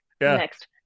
next